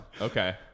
Okay